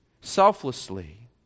selflessly